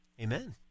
Amen